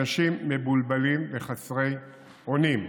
אנשים מבולבלים וחסרי אונים.